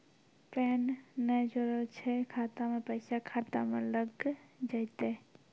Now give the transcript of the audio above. Pan ने जोड़लऽ छै खाता मे पैसा खाता मे लग जयतै?